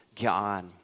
God